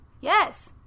Yes